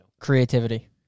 Creativity